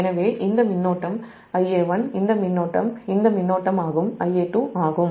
எனவே இந்த மின்னோட்டம் Ia1 இந்த மின்னோட்டமாகும்Ia2 ஆகும்